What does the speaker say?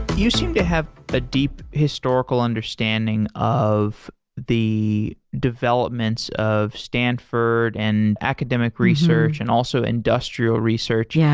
you seem to have a deep historical understanding of the developments of stanford and academic research and also industrial research. yeah